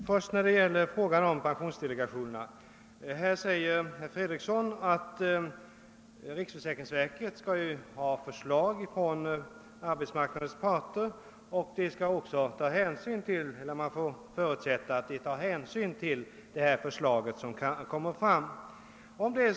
Herr talman! I fråga om pensionsdelegationerna säger herr Fredriksson att riksförsäkringsverket skall erhålla förslag på ledmöter från arbetsmarknadens parter och att man får förutsätta att verket tar hänsyn till sådana förslag.